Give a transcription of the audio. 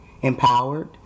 empowered